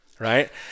Right